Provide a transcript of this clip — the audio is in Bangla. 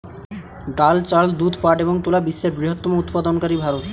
ডাল, চাল, দুধ, পাট এবং তুলা বিশ্বের বৃহত্তম উৎপাদনকারী ভারত